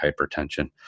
hypertension